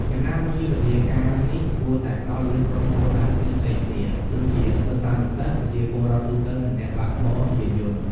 យ៉ាងណាមិញ យុទ្ធនាការនេះគួរតែផ្តោតលើក្រុមគោលដៅផ្សេងៗគ្នា ដូចជាសិស្សានុសិស្ស ប្រជាពលរដ្ឋទូទៅ និងអ្នកបើកបរយានយន្ត។